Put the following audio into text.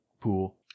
pool